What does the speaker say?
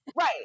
Right